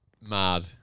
Mad